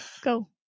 Go